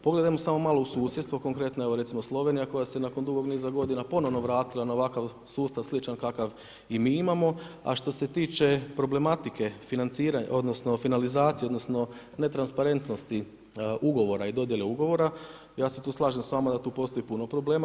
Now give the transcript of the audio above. Pogledajmo samo malo u susjedstvo, konkretno evo recimo Slovenija koja se nakon dugog niza godina ponovno vratila na ovakav sustav sličan kakav i mi imamo, a što se tiče problematike financiranja odnosno finalizacije odnosno netransparentnosti ugovora i dodjele ugovora, ja se tu slažem s vama da tu postoji puno problema.